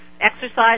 exercise